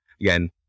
again